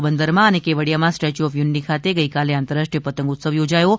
પોરબંદરમાં અને કેવડિયામાં સ્ટેચ્યુ ઓફ યુનિટિ ખાતે ગઈકાલે આંતરરાષ્ટ્રીય પતંગોત્સવ યોજાયો હતો